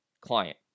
client